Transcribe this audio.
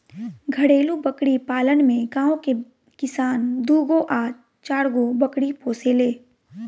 घरेलु बकरी पालन में गांव के किसान दूगो आ चारगो बकरी पोसेले